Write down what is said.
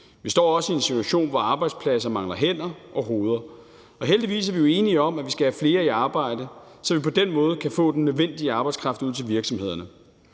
Vi står også i en situation, hvor arbejdspladser mangler hænder og hoveder, og heldigvis er vi jo enige om, at vi skal have flere i arbejde, så vi på den måde kan få den nødvendige arbejdskraft til virksomhederne.